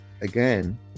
again